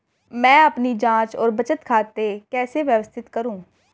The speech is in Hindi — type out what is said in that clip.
मैं अपनी जांच और बचत खाते कैसे व्यवस्थित करूँ?